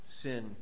sin